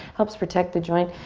helps protect the joint.